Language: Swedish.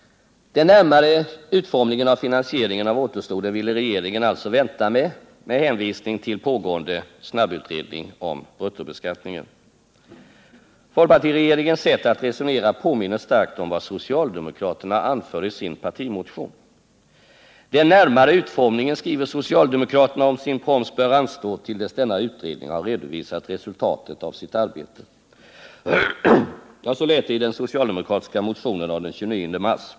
Den närmare utformningen av finansieringen av återstoden ville regeringen alltså vänta med under hänvisning till pågående snabbutredning om bruttobeskattningen. Folkpartiregeringens sätt att resonera påminner starkt om vad socialdemokraterna anför i sin partimotion. Den närmare utformningen, skriver socialdemokraterna om sin proms, bör anstå till dess denna utredning har redovisat resultatet av sitt arbete. Ja, så lät det i den socialdemokratiska motionen av den 29 mars.